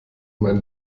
mein